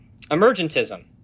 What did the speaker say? Emergentism